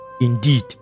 indeed